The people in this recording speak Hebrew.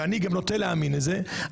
ואני גם נוטה להאמין לזה,